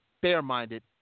fair-minded